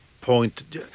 point